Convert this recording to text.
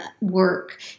work